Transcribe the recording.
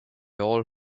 all